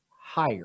higher